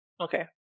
Okay